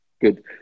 good